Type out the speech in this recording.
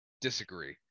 Disagree